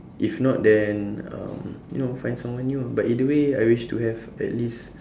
if not then um you know find someone new ah but either way I wish to have at least